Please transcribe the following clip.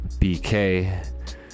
bk